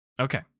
Okay